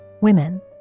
women